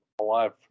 alive